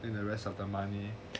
then the rest of the money